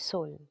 Soul